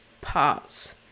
parts